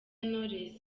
knowless